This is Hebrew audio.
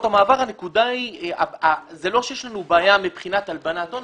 זה לא שיש לנו בעיה מבחינת הלבנת הון.